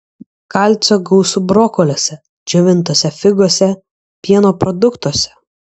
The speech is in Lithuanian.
kalcio gausu brokoliuose džiovintose figose pieno produktuose